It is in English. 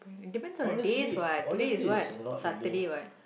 depends on the days what today is what Saturday what